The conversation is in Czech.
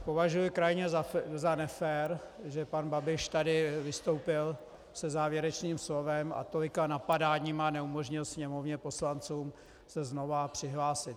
Považuji za krajně nefér, že pan Babiš tady vystoupil se závěrečným slovem a tolika napadáními a neumožnil Sněmovně, poslancům, se znovu přihlásit.